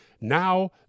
Now